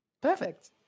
Perfect